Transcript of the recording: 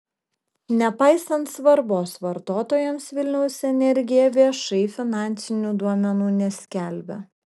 nepaisant svarbos vartotojams vilniaus energija viešai finansinių duomenų neskelbia